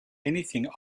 anything